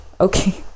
okay